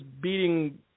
beating